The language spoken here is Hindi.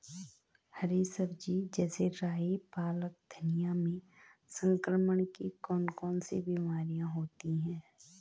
हरी सब्जी जैसे राई पालक धनिया में संक्रमण की कौन कौन सी बीमारियां होती हैं?